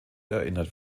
erinnert